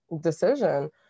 decision